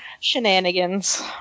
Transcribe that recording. Shenanigans